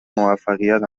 موفقیت